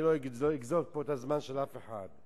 אני לא אגזול פה את הזמן של אף אחד.